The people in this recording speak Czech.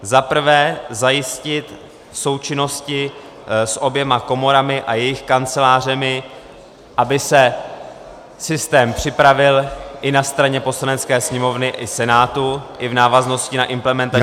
Za prvé zajistit v součinnosti s oběma komorami a jejich kancelářemi, aby se systém připravil i na straně Poslanecké sněmovny i Senátu i v návaznosti na implementaci